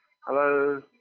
Hello